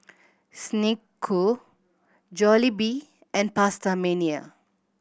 Snek Ku Jollibee and PastaMania